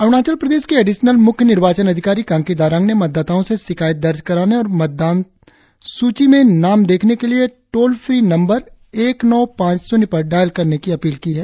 अरुणाचल प्रदेश के एडिशनल मुख्य निर्वाचन अधिकारी कांकी दारांग ने मतदाताओं से शिकायत दर्ज कराने और मतदान सूची में नाम देखने के लिए टोल फ्री नंबर एक नौ पांच शुन्य पर डायल करने की अपील की है